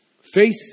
faith